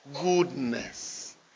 Goodness